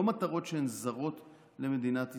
הן לא מטרות זרות למדינת ישראל,